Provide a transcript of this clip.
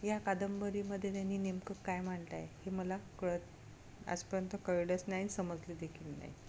या कादंबरीमध्ये त्यांनी नेमकं काय मांडलं आहे हे मला कळत आजपर्यंत कळलंच नाही आणि समजले देखील नाही